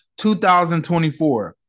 2024